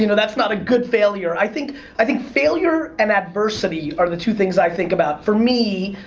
you know that's not a good failure. i think i think failure and adversity are the two things i think about. for me,